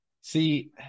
See